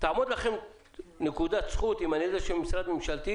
תעמוד לכם נקודת זכות אם אני אדע שמשרד ממשלתי